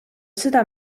seda